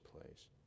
place